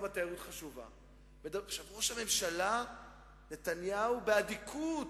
הראש של כל הגורמים הבכירים המקצועיים באוצר,